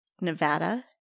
Nevada